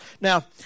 Now